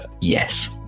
Yes